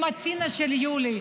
עם טינה של יולי,